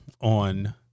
on